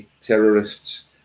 terrorists